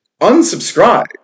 unsubscribe